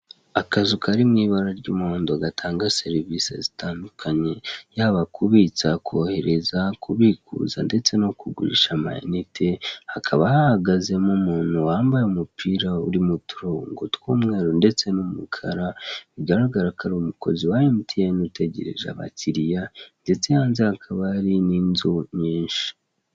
Akazu kari mu ibara ry'umuhondo gatanga serivise zitandukanye, yaba kubitse, kohereza, kubikuza ndetse no kugurisha amayinite, hakaba hahagazemo umuntu wambaye umupira urimo uturingo tw'umweru ndetse n'umukara, bigaragara ko ari umukozi wa emutiyene utegereje abakiliya ndetse hanze hakaba hari n'inzu nyinshi.